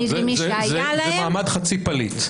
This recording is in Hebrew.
זה מעמד חצי פליט.